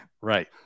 right